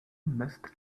must